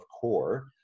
CORE